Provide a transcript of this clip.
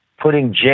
putting